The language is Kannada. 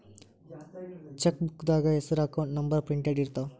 ಚೆಕ್ಬೂಕ್ದಾಗ ಹೆಸರ ಅಕೌಂಟ್ ನಂಬರ್ ಪ್ರಿಂಟೆಡ್ ಇರ್ತಾವ